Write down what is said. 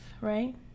right